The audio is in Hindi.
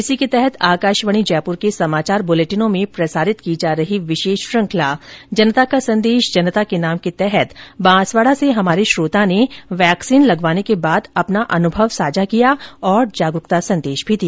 इसी के तहत आकाशवाणी जयपुर के समाचार बुलेटिनों में प्रसारित की जा रही विशेष श्रुखंला जनता का संदेश जनता के नाम के तहत बासवाड़ा से हमार्र श्रोता ने वैक्सीन लगवाने के बाद अपना अनुभव साझा किया और जागरूकता संदेश भी दिया